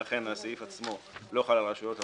ולכן הסעיף עצמו לא חל על הרשויות המקומיות.